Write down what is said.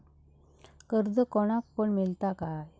कर्ज कोणाक पण मेलता काय?